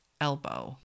elbow